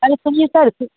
अरे सुनिए सर सु